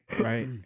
right